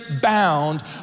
bound